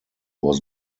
was